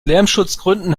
lärmschutzgründen